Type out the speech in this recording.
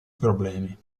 problemi